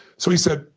so he said,